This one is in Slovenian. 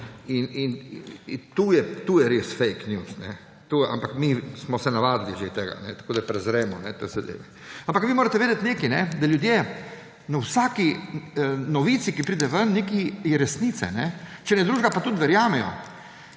In to je res fake news. Ampak mi smo se navadili že tega, tako da prezremo te zadeve. Ampak vi morate vedeti nekaj, da ljudje na vsaki novici, ki pride ven, nekaj je resnice, če ne drugega, pa tudi verjamejo.